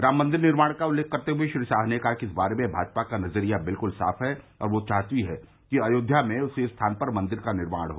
राम मंदिर निर्माण का उल्लेख करते हए श्री शाह ने कहा कि इस बारे में भाजपा का नज़रिया बिल्क़ल साफ है और वह चाहती है कि अयोध्या में उसी स्थान पर मंदिर का निर्माण हो